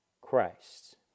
Christ